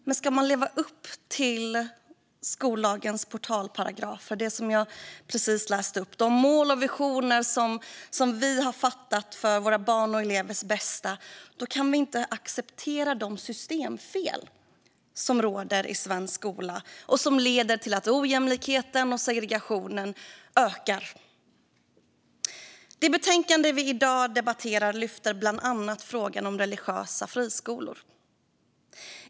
Men ska man leva upp till skollagens portalparagrafer, som jag precis läste upp, och de mål och visioner som vi har antagit för våra barns och elevers bästa kan vi inte acceptera de systemfel som råder i svensk skola och som leder till att ojämlikheten och segregationen ökar. I det betänkande vi i dag debatterar lyfts bland annat frågan om religiösa friskolor.